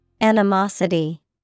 Animosity